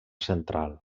central